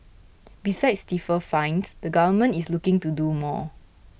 besides stiffer fines the Government is looking to do more